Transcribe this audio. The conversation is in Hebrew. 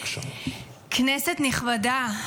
כנסת נכבדה,